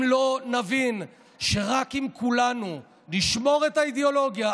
אם לא נבין שרק אם כולנו נשמור את האידיאולוגיה,